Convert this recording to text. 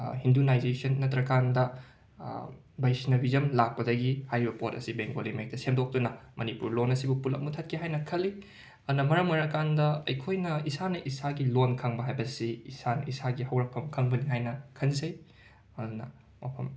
Hinduisation ꯅꯠꯇ꯭ꯔꯀꯥꯟꯗ ꯕꯩꯁꯅꯕꯤꯖꯝ ꯂꯥꯛꯄꯗꯒꯤ ꯍꯥꯏꯔꯤꯕ ꯄꯣꯠ ꯑꯁꯤ ꯕꯦꯡꯒꯣꯂꯤ ꯃꯌꯦꯛꯇ ꯁꯦꯝꯗꯣꯛꯇꯨꯅ ꯃꯅꯤꯄꯨꯔ ꯂꯣꯟ ꯑꯁꯤꯕꯨ ꯄꯨꯜꯂꯞ ꯃꯨꯊꯠꯀꯦ ꯍꯥꯏꯅ ꯈꯜꯂꯤ ꯑꯗꯨꯅ ꯃꯔꯝ ꯑꯣꯏꯔꯀꯥꯟꯗ ꯑꯩꯈꯣꯏꯅ ꯏꯁꯥꯅ ꯏꯁꯥꯒꯤ ꯂꯣꯟ ꯈꯪꯕ ꯍꯥꯏꯕꯁꯤ ꯏꯁꯥꯅ ꯏꯁꯥꯒꯤ ꯍꯧꯔꯛꯐꯝ ꯈꯪꯕꯅꯤ ꯍꯥꯏꯅ ꯈꯟꯖꯩ ꯑꯅ ꯋꯥꯐꯝ